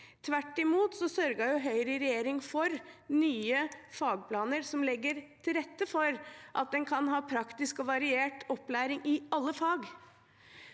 Tvert imot sørget Høyre i regjering for nye fagplaner som legger til rette for at en kan ha praktisk og variert opplæring i alle fag.